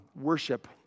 worship